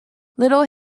little